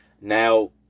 Now